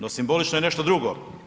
No simbolično je nešto drugo.